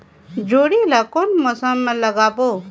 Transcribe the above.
जोणी ला कोन मौसम मा लगाबो?